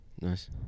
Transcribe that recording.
nice